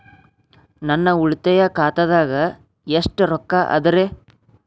ನನ್ನ ಉಳಿತಾಯ ಖಾತಾದಾಗ ಎಷ್ಟ ರೊಕ್ಕ ಅದ ರೇ?